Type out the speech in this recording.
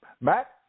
Matt